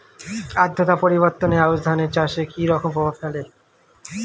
আদ্রতা পরিবর্তন আউশ ধান চাষে কি রকম প্রভাব ফেলে?